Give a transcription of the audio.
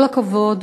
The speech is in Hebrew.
כל הכבוד.